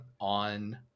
on